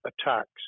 attacks